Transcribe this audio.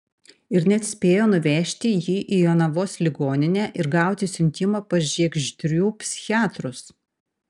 ir net spėjo nuvežti jį į jonavos ligoninę ir gauti siuntimą pas žiegždrių psichiatrus